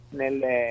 nelle